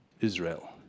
Israel